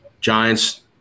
Giants